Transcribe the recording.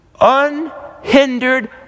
unhindered